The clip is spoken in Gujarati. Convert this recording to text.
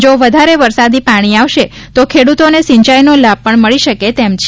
જો વધારે વરસાદથી પાણી આવશે તો ખેડૂતોને સિંચાઈનો પણ લાભ મળી શકે તેમ છે